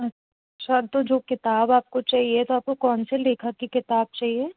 अच्छा तो जो किताब आपको चाहिए तो आपको कौन से लेखक की किताब चाहिए